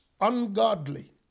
ungodly